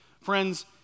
Friends